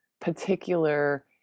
particular